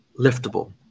liftable